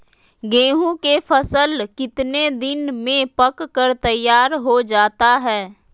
गेंहू के फसल कितने दिन में पक कर तैयार हो जाता है